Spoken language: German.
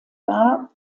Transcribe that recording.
war